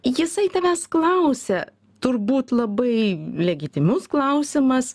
jisai tavęs klausia turbūt labai legitimus klausimas